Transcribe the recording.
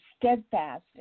steadfast